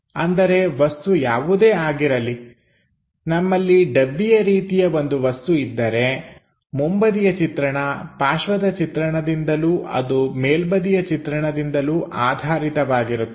ಅಂದರೆ ವಸ್ತು ಯಾವುದೇ ಆಗಿರಲಿ ನಮ್ಮಲ್ಲಿ ಡಬ್ಬಿಯ ರೀತಿಯ ಒಂದು ವಸ್ತು ಇದ್ದರೆ ಮುಂಬದಿಯ ಚಿತ್ರಣ ಪಾರ್ಶ್ವದ ಚಿತ್ರಣದಿಂದಲೂ ಅದು ಮೇಲ್ಬದಿಯ ಚಿತ್ರಣದಿಂದಲೂ ಆಧಾರಿತವಾಗಿರುತ್ತದೆ